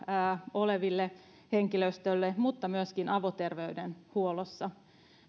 olevalle henkilöstölle mutta myöskin avoterveydenhuollossa